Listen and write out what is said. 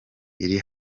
iri